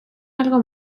algo